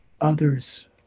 others